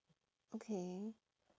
okay